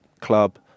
club